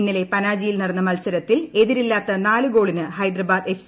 ഇന്നലെ പനജിയിൽ നടന്ന് ്മത്സ്രത്തിൽ എതിരില്ലാത്ത നാലു ഗോളിന് ഹൈദരാബാദ് ക്ടിഫ്